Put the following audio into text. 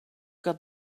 got